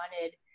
wanted